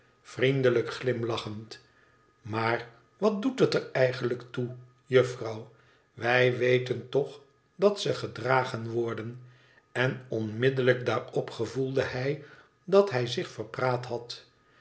vriendelijk glimlachend maar wat doet heter eigenlijk toe juffrouw wij weten toch dat ze gedragen worden n onmiddellijk daarop gevoelde hij dat hij zich verpraat had